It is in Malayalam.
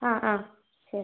ആ ആ ശരി